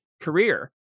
career